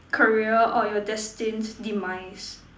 career or your destined demise